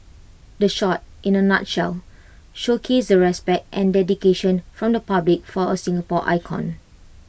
the shot in A nutshell showcased the respect and dedication from the public for A Singapore icon